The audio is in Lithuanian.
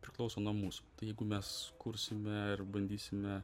priklauso nuo mūsų tai jeigu mes kursime ir bandysime